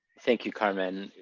thank you, carmen.